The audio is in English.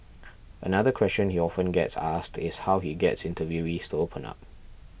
another question he often gets asked is how he gets interviewees to open up